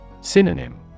Synonym